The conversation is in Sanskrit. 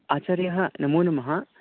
आचार्याः नमो नमः